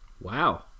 Wow